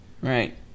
Right